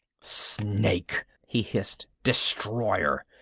snake! he hissed. destroyer!